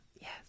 Yes